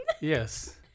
Yes